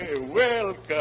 welcome